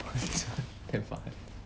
what's this one damn fun~